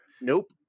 Nope